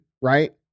right